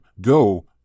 Go